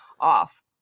off